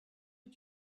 est